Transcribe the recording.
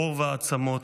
עור ועצמות,